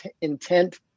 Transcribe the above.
intent